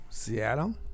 Seattle